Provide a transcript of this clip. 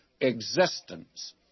existence